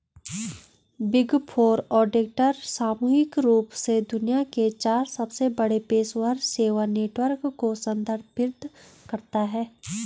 big four auditor सामूहिक रूप से दुनिया के चार सबसे बड़े पेशेवर सेवा नेटवर्क को संदर्भित करता है